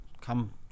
come